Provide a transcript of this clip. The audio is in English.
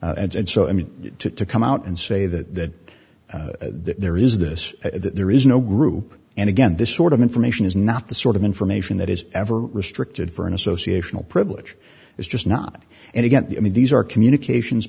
and so i mean to to come out and say that there is this there is no group and again this sort of information is not the sort of information that is ever restricted for an association or privilege is just not and again i mean these are communications